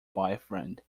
boyfriend